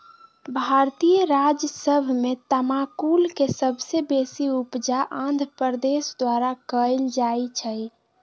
भारतीय राज्य सभ में तमाकुल के सबसे बेशी उपजा आंध्र प्रदेश द्वारा कएल जाइ छइ